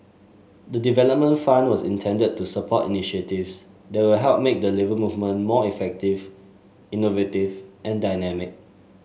the development fund was intended to support initiatives that will help make the Labour Movement more effective innovative and dynamic